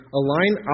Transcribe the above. align